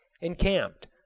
encamped